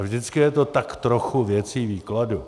A vždycky je to tak trochu věcí výkladu.